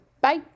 Bye